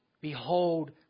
Behold